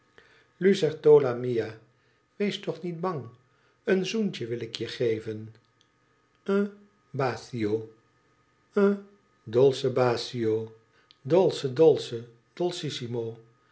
lucertola mia wees toch niet bang een zoentje wil ikje geven un bacio un dolce bacio dolce dolce